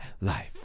life